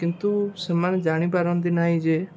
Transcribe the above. କିନ୍ତୁ ସେମାନେ ଜାଣିପାରନ୍ତି ନାହିଁ ଯେ